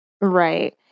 Right